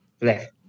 left